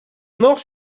nort